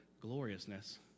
gloriousness